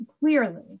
clearly